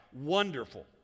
Wonderful